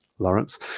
Lawrence